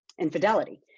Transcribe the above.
infidelity